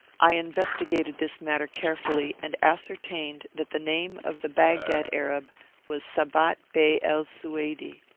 i investigated this matter carefully, and ascertained that the name of the baghdad arab was sabat bey el-sueidi,